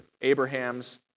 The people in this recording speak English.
Abraham's